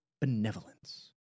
benevolence